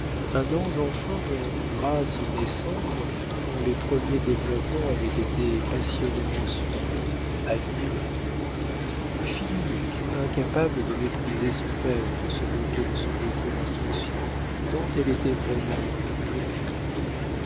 un ange enfin dont les grâces naissantes dont les premiers développements avaient été passionnément suivis admirés une fille unique incapable de mépriser son père ou de se moquer de son défaut d'instruction tant elle était vraiment jeune fille